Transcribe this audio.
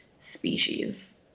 species